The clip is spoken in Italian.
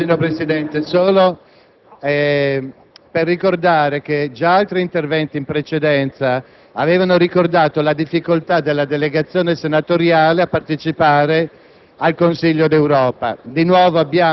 Signor Presidente, vorrei ricordare che già altri interventi, in precedenza, avevano richiamato la difficoltà della delegazione senatoriale a partecipare